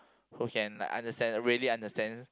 who can like understand really understand